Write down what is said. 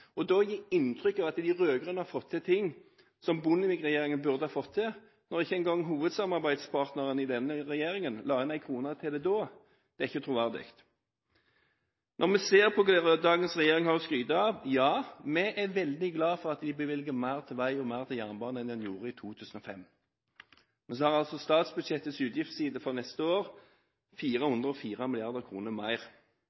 det da, det er ikke troverdig. Hva har dagens regjering å skryte av i dag? Vi er veldig glad for at den bevilger mer til vei og jernbane enn den gjorde i 2005, men statsbudsjettets utgiftsside for neste år